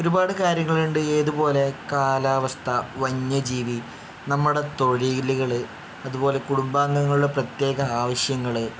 ഒരുപാട് കാര്യങ്ങൾ ഉണ്ട് ഏതുപോലെ കാലാവസ്ഥ വന്യജീവി നമ്മുടെ തൊഴിലുകൾ അതുപോലെ കുടുംബാംഗങ്ങളുടെ പ്രത്യേക ആവശ്യങ്ങൾ